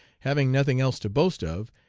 having nothing else to boast of,